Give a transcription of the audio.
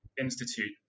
Institute